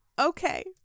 Okay